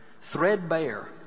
threadbare